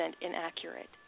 inaccurate